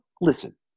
listen